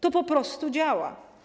To po prostu działa.